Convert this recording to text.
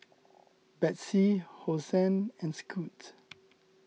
Betsy Hosen and Scoot